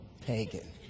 pagan